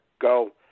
go